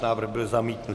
Návrh byl zamítnut.